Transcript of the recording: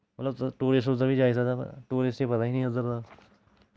मतलव उद्धर टूरिस्ट बी जाई सकदा टूरिस्टें गी पता निं उद्धर दा